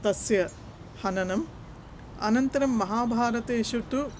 तस्य हननम् अनन्तरं महाभारतेषु तु